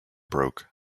broke